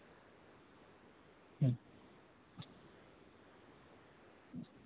ᱦᱩᱸ